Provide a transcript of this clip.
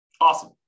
Awesome